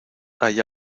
hay